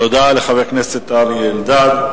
תודה לחבר הכנסת אריה אלדד.